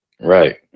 right